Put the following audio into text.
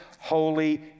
holy